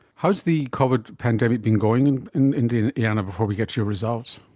how is the covid pandemic been going in in indiana, before we get to your results?